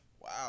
Wow